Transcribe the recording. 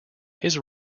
his